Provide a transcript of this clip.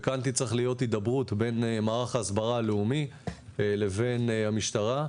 וכאן תצטרך להיות הידברות בין מערך ההסברה הלאומי לבין המשטרה,